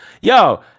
Yo